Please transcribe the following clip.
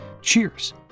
Cheers